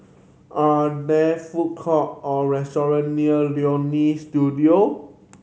are there food court or restaurant near Leonie Studio